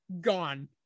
gone